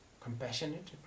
Compassionate